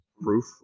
proof